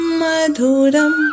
madhuram